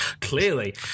clearly